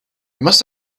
must